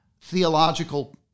theological